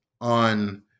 on